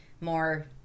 more